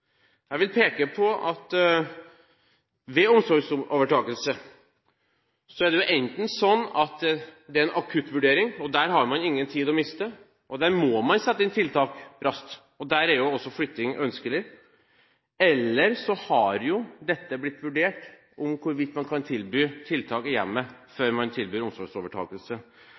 Jeg vil peke på at ved omsorgsovertakelse er det enten en akuttvurdering – da har man ingen tid å miste, man må sette inn tiltak raskt, og da er flytting ønskelig – eller så er det blitt vurdert hvorvidt man kan tilby tiltak i hjemmet før man tilbyr omsorgsovertakelse.